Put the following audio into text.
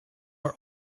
are